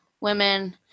women